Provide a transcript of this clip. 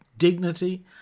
Dignity